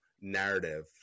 narrative